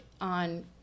on